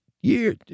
Year